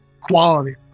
quality